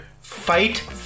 Fight